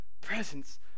presence